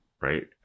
Right